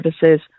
services